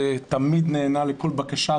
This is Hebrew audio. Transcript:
ותמיד הוא נענה לכל בקשה,